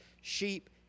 sheep